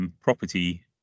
property